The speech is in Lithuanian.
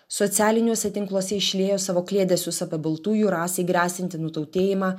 socialiniuose tinkluose išliejo savo kliedesius apie baltųjų rasei gresiantį nutautėjimą